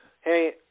Hey